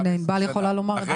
ענבל יכולה לומר את זה.